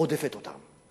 רודפת אותם.